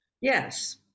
Yes